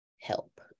help